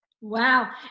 Wow